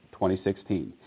2016